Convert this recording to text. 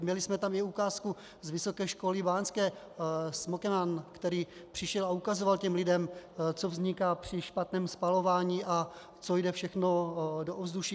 Měli jsme tam i ukázku z Vysoké školy báňské smokeman, který přišel a ukazoval lidem, co vzniká při špatném spalování a co jde všechno do ovzduší.